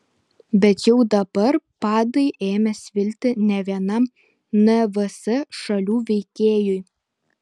bet jau dabar padai ėmė svilti ne vienam nvs šalių veikėjui